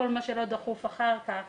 כל מה שלא דחוף לעשות אחר כך,